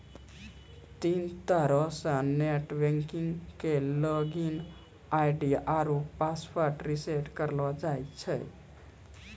तीन तरहो से नेट बैंकिग के लागिन आई.डी आरु पासवर्ड रिसेट करलो जाय सकै छै